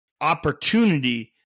opportunity